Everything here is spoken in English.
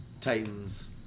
Titans